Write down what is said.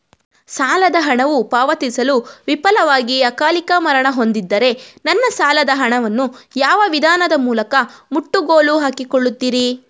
ಸಾಲದ ಹಣವು ಪಾವತಿಸಲು ವಿಫಲವಾಗಿ ಅಕಾಲಿಕ ಮರಣ ಹೊಂದಿದ್ದರೆ ನನ್ನ ಸಾಲದ ಹಣವನ್ನು ಯಾವ ವಿಧಾನದ ಮೂಲಕ ಮುಟ್ಟುಗೋಲು ಹಾಕಿಕೊಳ್ಳುತೀರಿ?